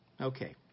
Okay